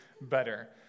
better